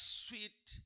sweet